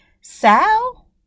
Sal